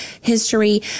history